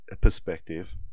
perspective